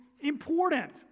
important